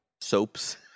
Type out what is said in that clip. Soaps